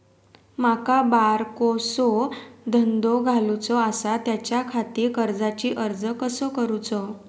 माका बारकोसो धंदो घालुचो आसा त्याच्याखाती कर्जाचो अर्ज कसो करूचो?